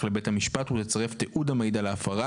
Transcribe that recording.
לבית המשפט ותצרף תיעוד המעיד על ההפרה,